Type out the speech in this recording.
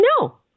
No